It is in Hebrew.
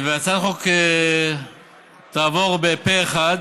והצעת החוק תעבור פה אחד